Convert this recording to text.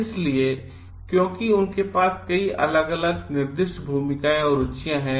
इसलिए क्योंकि उनके पास कई अलग अलग निर्दिष्ट भूमिकाएं और रुचियां हैं